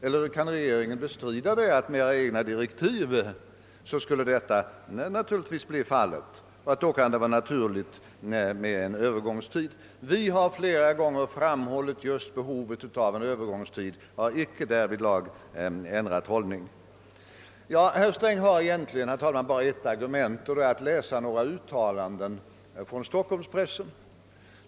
Eller kan regeringen bestrida att så skulle bli fallet med regeringens egna direktiv och att det därför kan vara naturligt med en lämplig övergångstid? Vi har flera gånger framhållit just behovet av en övergångstid och har därvidlag icke ändrat hållning. Herr Sträng har egentligen, herr talman, bara ett argument, nämligen att läsa några uttalanden i stockholmspressen.